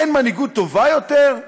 אין מנהיגות טובה יותר?